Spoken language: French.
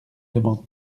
demande